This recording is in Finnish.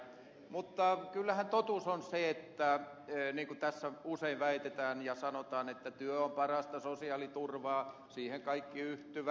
mutta kyllähän totuus on se että niin kuin tässä usein väitetään ja sanotaan työ on parasta sosiaaliturvaa siihen kaikki yhtyvät